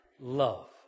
Love